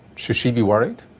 should she be worried?